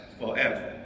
forever